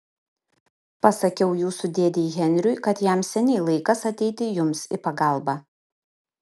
pasakiau jūsų dėdei henriui kad jam seniai laikas ateiti jums į pagalbą